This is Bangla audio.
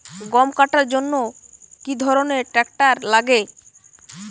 গম কাটার জন্য কি ধরনের ট্রাক্টার লাগে?